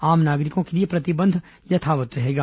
आम नागरिकों के लिए प्रतिबंध यथावत् रहेगा